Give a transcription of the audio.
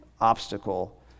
obstacle